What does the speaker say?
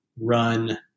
run